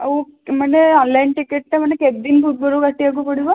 ଆଉ ମାନେ ଅନଲାଇନ୍ ଟିକେଟ୍ଟା ମାନେ କେତେଦିନ ପୂର୍ବରୁ କାଟିବାକୁ ପଡ଼ିବ